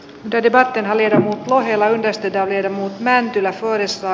wrede vattenfallin ohella yleistetään vielä näy tilastoissa